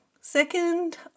Second